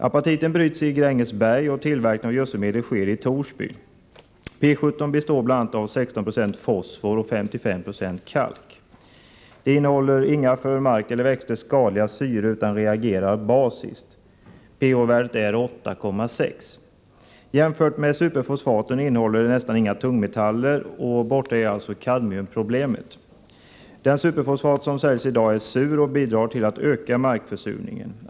Apatiten bryts i Grängesberg, och tillverkningen av gödselmedlet sker i Torsby. P 17 består av bl.a. 16 96 fosfor och 55 96 kalk. Det innehåller inga för mark eller växter skadliga syror utan reagerar basiskt. pH-värdet är 8,6. Jämfört med superfosfaten innehåller medlet nästan inga tungmetaller. Borta är alltså kadmiumproblemet. Den superfosfat som säljs i dag är sur och bidrar till att öka markförsurningen.